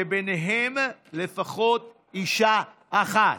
ומהם לפחות אישה אחת.